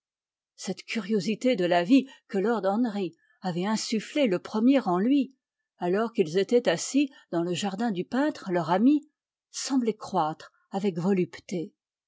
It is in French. cette curiosité de la vie que lord henry avait insufflée le premier en lui alors qu'ils étaient assis dans le jardin du peintre leur ami semblait croître avec volupté